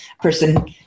person